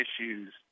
issues